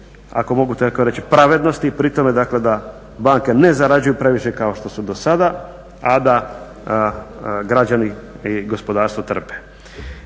ako mogu tako reći pravednosti pri tome dakle da banke ne zarađuju previše kao što su do sada a da građani i gospodarstvo trpe.